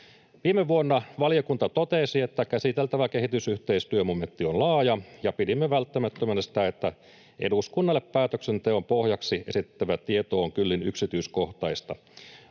Viime vuonna valiokunta totesi, että käsiteltävä kehitysyhteistyömomentti on laaja, ja pidimme välttämättömänä sitä, että eduskunnalle päätöksenteon pohjaksi esitettävä tieto on kyllin yksityiskohtaista.